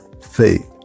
faith